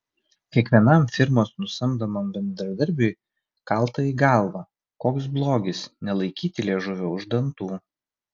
kiekvienam firmos nusamdomam bendradarbiui kalta į galvą koks blogis nelaikyti liežuvio už dantų